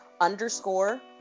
underscore